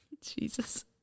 Jesus